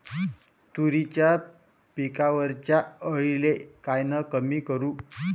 तुरीच्या पिकावरच्या अळीले कायनं कमी करू?